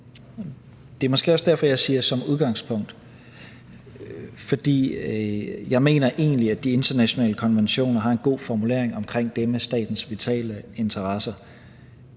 Det er måske også derfor, at jeg siger »som udgangspunkt«. For jeg mener egentlig, at de internationale konventioner har en god formulering omkring det med statens vitale interesser.